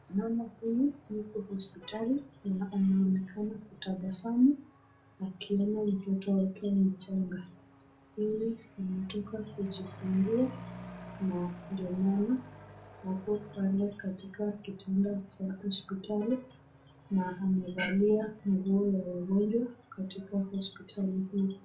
Mama huyu yuko hospitali na anaonekana na tabasamu akiinua mtoto wake mchanga. Yeye ametoka kujifungua na ndio maana ako pale katika kitanda na amevalia nguo ya wagonjwa katika hospitali hii.